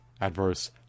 adverse